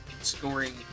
scoring